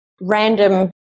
random